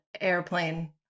airplane